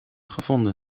gevonden